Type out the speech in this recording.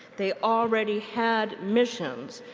they already had missions,